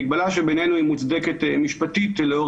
מגבלה שבעינינו היא מוצדקת משפטית לאור